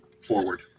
forward